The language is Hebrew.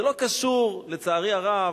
לצערי הרב,